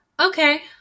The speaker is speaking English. Okay